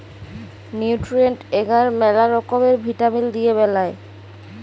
nutrient এগার ম্যালা রকমের ভিটামিল দিয়ে বেলায়